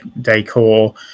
decor